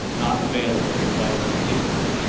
not available and vital statistics.